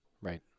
Right